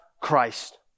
Christ